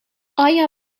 آیا